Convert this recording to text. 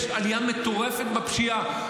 יש עלייה מטורפת בפשיעה.